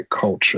culture